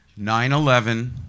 9-11